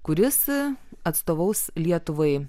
kuris atstovaus lietuvai